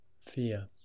Fear